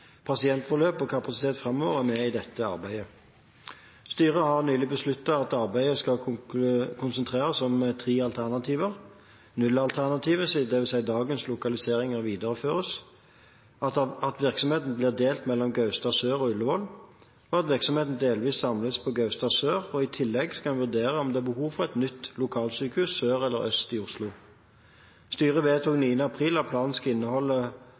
Pasientforløp og kapasitet framover er med i dette arbeidet. Styret har nylig besluttet at arbeidet skal konsentreres om tre alternativer: nullalternativet, dvs. at dagens lokalisering videreføres, at virksomheten blir delt mellom Gaustad Sør og Ullevål, og at virksomheten delvis samles på Gaustad Sør. I tillegg skal en vurdere om det er behov for et nytt lokalsykehus sør eller øst i Oslo. Styret vedtok 9. april at planen skal